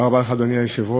אדוני היושב-ראש,